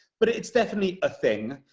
but it's definitely a thing.